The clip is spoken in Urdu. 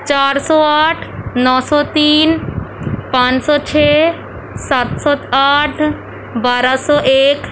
چار سو آٹھ نو سو تین پانچ سو چھ سات سو آٹھ بارہ سو ایک